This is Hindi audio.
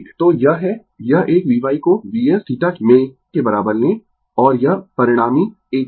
तो यह है यह एक Vy को Vsin θ के बराबर लें और यह परिणामी एक v है